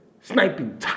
sniping